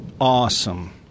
Awesome